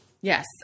Yes